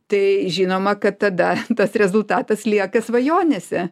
tai žinoma kad tada tas rezultatas lieka svajonėse